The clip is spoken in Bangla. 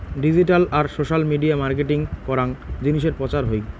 ডিজিটাল আর সোশ্যাল মিডিয়া মার্কেটিং করাং জিনিসের প্রচার হই